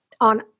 on